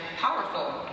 powerful